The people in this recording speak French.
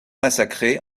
massacré